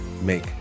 make